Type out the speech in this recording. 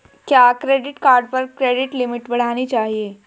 क्या credit card पर credit limit बढ़ानी चाहिए?